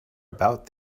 about